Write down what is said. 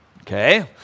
Okay